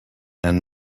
and